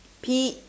P